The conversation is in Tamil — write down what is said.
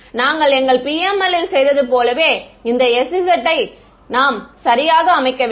நாங்கள் எங்கள் PML ல் செய்த போலவே இந்த sz யை நாம் சரியாக அமைக்க வேண்டும்